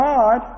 God